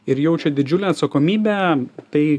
ir jaučia didžiulę atsakomybę tai